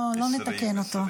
לא נתקן אותו.